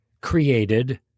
created